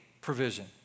provision